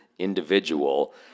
individual